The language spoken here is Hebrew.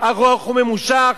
ארוך וממושך,